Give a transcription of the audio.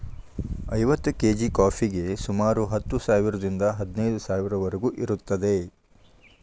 ಐವತ್ತು ಕೇಜಿ ಕಾಫಿಗೆ ಸುಮಾರು ಹತ್ತು ಸಾವಿರದಿಂದ ಹದಿನೈದು ಸಾವಿರದವರಿಗೂ ಇರುತ್ತದೆ